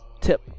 tip